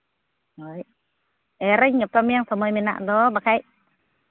ᱦᱳᱭ ᱮᱨᱟᱹᱧ ᱜᱟᱯᱟ ᱢᱮᱭᱟᱝ ᱥᱚᱢᱚᱭ ᱢᱮᱱᱟᱜ ᱫᱚ ᱵᱟᱠᱷᱟᱡ